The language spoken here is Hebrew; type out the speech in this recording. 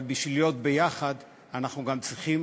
אבל בשביל להיות ביחד אנחנו גם צריכים